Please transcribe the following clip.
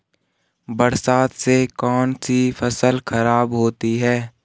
बरसात से कौन सी फसल खराब होती है?